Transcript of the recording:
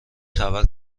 خبر